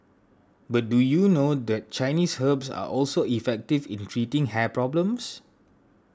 but do you know that Chinese herbs are also effective in treating hair problems